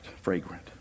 fragrant